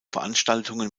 veranstaltungen